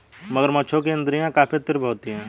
मगरमच्छों की इंद्रियाँ काफी तीव्र होती हैं